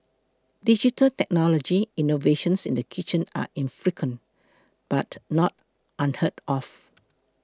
digital technology innovations in the kitchen are infrequent but not unheard of